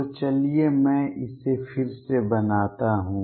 तो चलिए मैं इसे फिर से बनाता हूँ